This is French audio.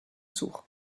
sourd